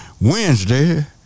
Wednesday